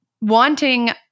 wanting